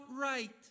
right